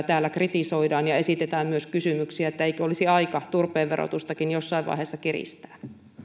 täällä kritisoidaan ja esitetään myös kysymyksiä että eikö olisi aika turpeen verotustakin jossain vaiheessa kiristää